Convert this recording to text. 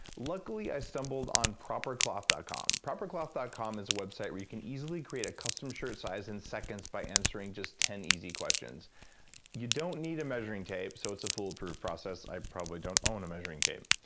luckily, i stumbled on propercloth dot com. propercloth dot com is a website where you can easily create a custom shirt size in seconds by answering just ten easy questions you don't need a measuring tape so it's a foolproof process. i probably don't own a measuring tape.